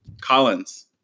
Collins